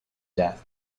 death